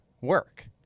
work